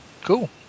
Cool